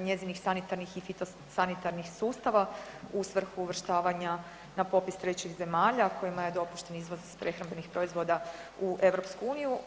njezinih sanitarnih i fitosanitarnih sustava u svrhu uvrštavanja na popis trećih zemalja kojima je dopušten izvoz prehrambenih proizvoda u EU.